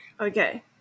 Okay